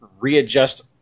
readjust